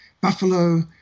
buffalo